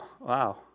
wow